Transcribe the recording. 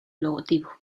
logotipo